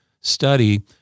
study